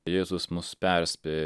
jėzus mus perspėja